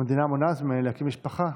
המדינה מונעת ממני להקים משפחה,